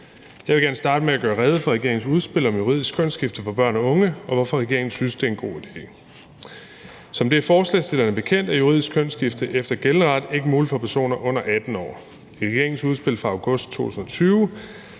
Jeg vil gerne starte med at gøre rede for regeringens udspil om juridisk kønsskifte for børn og unge, og hvorfor regeringen synes, det er en god idé. Som det er forslagsstillerne bekendt, er juridisk kønsskifte efter gældende ret ikke muligt for personer under 18 år. I regeringens udspil fra august 2020